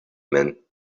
men